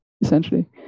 essentially